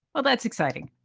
well, that's exciting.